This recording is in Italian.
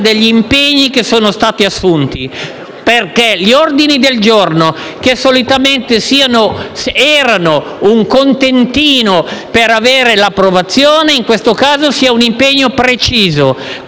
degli impegni che sono stati assunti, perché gli ordini del giorno, che solitamente sono un contentino per ottenere l'approvazione del provvedimento, in questo caso siano un impegno preciso.